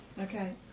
okay